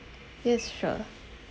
yes sure